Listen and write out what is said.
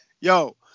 Yo